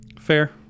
fair